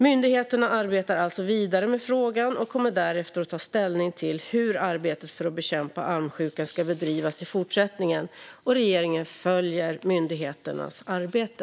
Myndigheterna arbetar alltså vidare med frågan och kommer därefter att ta ställning till hur arbetet för att bekämpa almsjukan ska bedrivas i fortsättningen. Regeringen följer myndigheternas arbete.